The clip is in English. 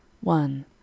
one